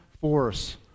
force